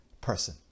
person